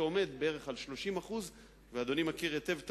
שעומד בערך על 30% ואדוני מכיר היטב את